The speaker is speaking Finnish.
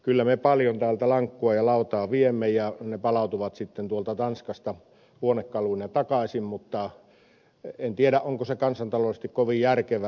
kyllä me paljon täältä lankkua ja lautaa viemme ja ne palautuvat sitten tuolta tanskasta huonekaluina takaisin mutta en tiedä onko se kansantaloudellisesti kovin järkevää